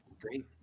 Great